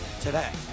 today